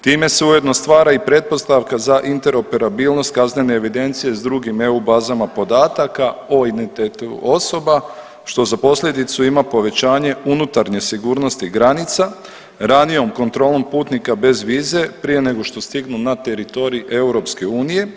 Time se ujedno stvara i pretpostavka za interoperabilnost kaznene evidencije s drugim EU bazama podataka o identitetu osoba, što za posljedicu ima povećanje unutarnje sigurnosti granica, ranijom kontrolom putnika bez vize prije nego što stignu na teritorij EU.